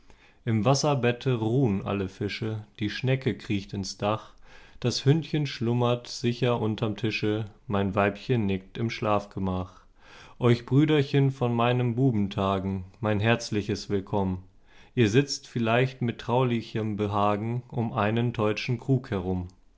im wasserbette ruhen alle fische die schnecke kriecht ins dach das hündchen schlummert sicher unterm tische mein weibchen nickt im schlafgemach euch brüderchen von meinen bubentagen mein herzliches willkomm ihr sitzt vielleicht mit traulichem behagen um einen teutschen krug herum